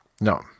no